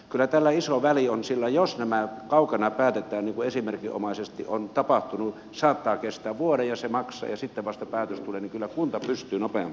kyllä tällä on paljon väliä sillä jos nämä kaukana päätetään niin kuin esimerkinomaisesti on tapahtunut saattaa kestää vuoden ja se maksaa ja sitten vasta päätös tulee niin että kyllä kunta pystyy nopeampaan toimintaan